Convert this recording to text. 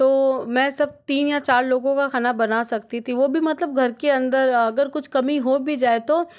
मैं सब तीन या चार लोगों का खाना बना सकती थी वह भी मतलब घर के अंदर अगर कुछ कमी हो भी जाए तो